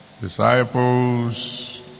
Disciples